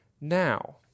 now